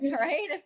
Right